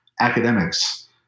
academics